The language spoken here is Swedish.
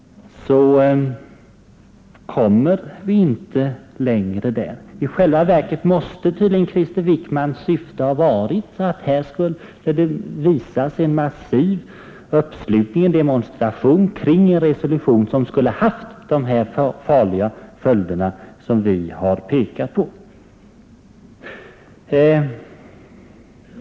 Krister Wickmans syfte har alltså i själva verket varit att här skulle visas en massiv uppslutning och demonstration kring en resolution — som skulle kunnat medföra de farliga följder vi kunnat peka på.